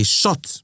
shot